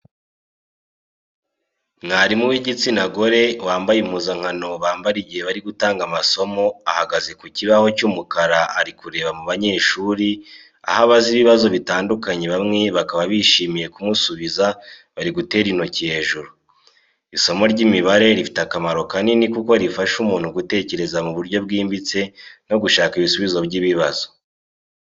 Mwarimu w'igitsina gore wambaye impuzankano bambara igihe bari gutanga amasomo ahagaze ku kibaho cy'umukara ari kureba mu banyeshuri aho abaza ibibazo bitandukanye bamwe bakaba bishimiye kumusubiza bari gutera intoki hejuru. Isomo ry’imibare rifite akamaro kanini kuko rifasha umuntu gutekereza mu buryo bwimbitse no gushaka ibisubizo by’ibibazo.